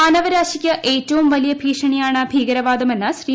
മാനവരാശിക്ക് ഏറ്റവും വലിയ ഭീഷണിയാണ് ഭീകരവാദമെന്ന് ശ്രീ